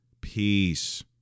peace